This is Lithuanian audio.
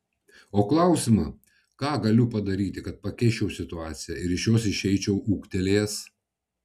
o klausimą ką galiu padaryti kad pakeisčiau situaciją ir iš jos išeičiau ūgtelėjęs